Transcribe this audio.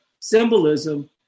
symbolism